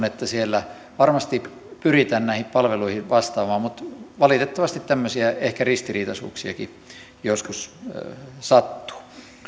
että siellä varmasti uskon pyritään näihin palveluihin vastaamaan mutta valitettavasti tämmöisiä ristiriitaisuuksiakin ehkä joskus sattuu